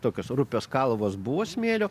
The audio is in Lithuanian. tokios rupios kalvos buvo smėlio